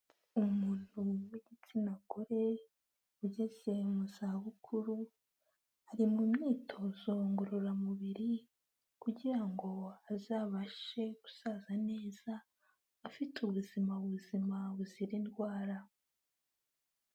Umuntu w'igitsina gore ugeze mu zabukuru, ari mu myitozo ngororamubiri kugira ngo azabashe gusaza neza afite ubuzima buzima buzira indwara.